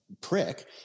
prick